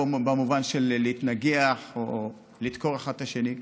במובן של להתנגח או לדקור אחד את השני.